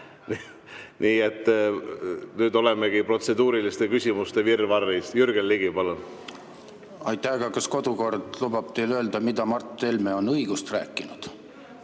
Nii et nüüd olemegi protseduuriliste küsimuste virvarris. Jürgen Ligi, palun! Aitäh! Aga kas kodukord lubab teil öelda, mida Mart Helme on õigust rääkinud?